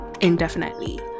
indefinitely